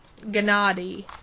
Gennady